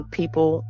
people